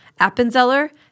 Appenzeller